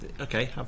okay